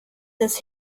des